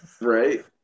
Right